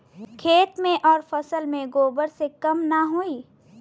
खेत मे अउर फसल मे गोबर से कम ना होई?